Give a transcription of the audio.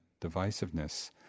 divisiveness